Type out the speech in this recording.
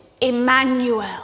Emmanuel